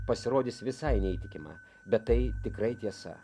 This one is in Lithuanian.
pasirodys visai neįtikima bet tai tikrai tiesa